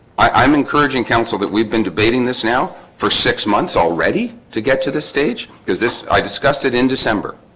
i'm encouraging counsel that we've been debating this now for six months already to get to the stage. is this i discussed it in december